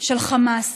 של חמאס.